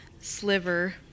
sliver